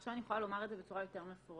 עכשיו אני יכולה לומר את זה בצורה יותר מפורשת